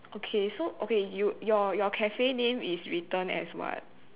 okay so okay you your cafe name is written as what